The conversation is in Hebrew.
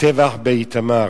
הטבח באיתמר,